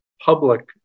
public